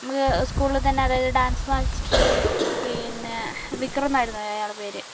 നമുക്ക് സ്കൂളിൽ തന്നെ അതായത് ഡാൻസ് മാസ്റ്റർ പിന്നെ വിക്രം എന്നായിരുന്നു അയാളുടെ പേര്